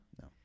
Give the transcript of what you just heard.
No